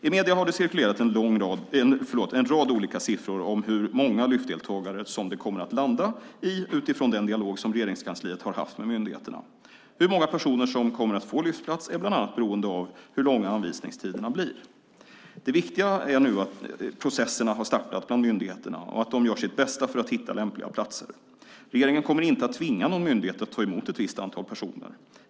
I medierna har det cirkulerat en rad olika siffror om hur många Lyftdeltagare som det kommer att landa i utifrån den dialog som Regeringskansliet har haft med myndigheterna. Hur många personer som kommer att få Lyftplats är bland annat beroende på hur långa anvisningstiderna blir. Det viktiga är nu att processerna har startat bland myndigheterna och att dessa gör sitt bästa för att hitta lämpliga platser. Regeringen kommer inte att tvinga någon myndighet att ta emot ett visst antal personer.